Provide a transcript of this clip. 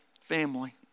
family